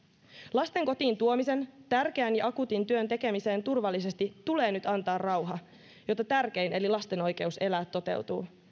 lasten kotiin tuomisen tärkeän ja akuutin työn tekemiseen turvallisesti tulee nyt antaa rauha jotta tärkein eli lasten oikeus elää toteutuu